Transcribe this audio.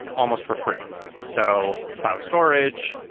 almost for free so cloud storage,